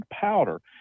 powder